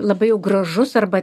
labai jau gražus arba